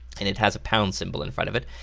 and it has a pound symbol in front of it,